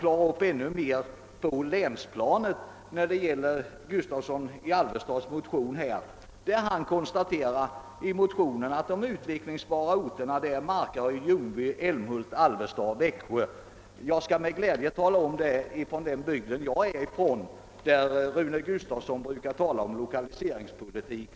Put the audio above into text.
Vidare görs följande konstaterande i det aktuella motionsparet: »Det finns utvecklingsmöjligheter kring Markaryd Ljungby-Äälmhult-Alvesta-Växjö.» Det är också en sak som vi kan klara upp på länsplanet. Jag skall med glädje tala om detta i min hembygd, där herr Gustavsson i Alvesta brukar yttra sig om lokaliseringspolitik.